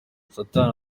satani